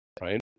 right